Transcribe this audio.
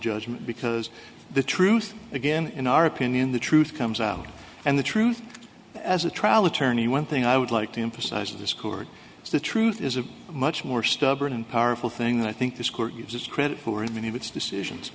judgment because the truth again in our opinion the truth comes out and the truth as a trial attorney one thing i would like to emphasize in this court is the truth is a much more stubborn and powerful thing that i think this court gives its credit for in many of its decision